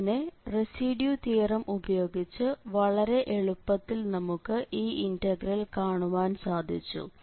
അങ്ങനെ residue theorem ഉപയോഗിച്ച് വളര എളുപ്പത്തിൽ നമുക്ക് ഈ ഇന്റഗ്രൽ കാണുവാൻ സാധിച്ചു